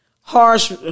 harsh